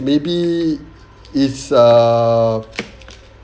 maybe it's a